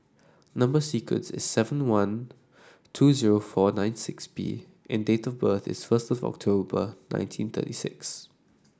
number sequence is seven one two zero four nine six B and date of birth is first October nineteen thirty six